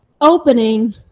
Opening